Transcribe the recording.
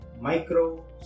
micro